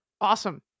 Awesome